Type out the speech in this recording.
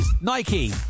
Nike